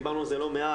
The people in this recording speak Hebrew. דיברנו על זה לא מעט.